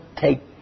take